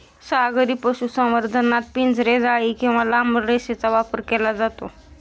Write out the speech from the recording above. सागरी पशुसंवर्धनात पिंजरे, जाळी किंवा लांब रेषेचा वापर केला जातो